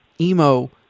emo